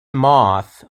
moth